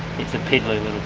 it's a piddley